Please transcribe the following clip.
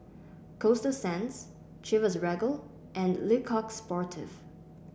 Coasta Sands Chivas Regal and Le Coq Sportif